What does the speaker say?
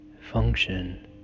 function